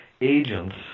agents